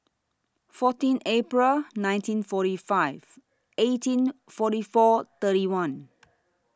fourteen April nineteen forty five eighteen forty four thirty one